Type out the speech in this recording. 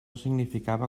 significava